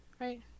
Right